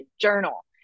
journal